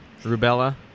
Rubella